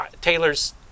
taylor's